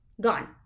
Gone